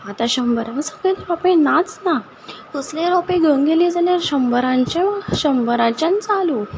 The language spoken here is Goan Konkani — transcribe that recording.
आतां शंबरा सकयल रोंपे नाच ना कसलेय रोंपे घेवूंक गेलीं जाल्यार शंबराच्या शंबराच्यान चालू